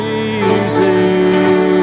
easy